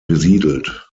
besiedelt